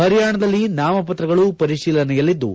ಹರಿಯಾಣದಲ್ಲಿ ನಾಮಪತ್ರಗಳು ಪರಿಶೀಲನೆಯಲ್ಲಿದ್ದು